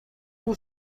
two